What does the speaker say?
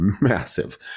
massive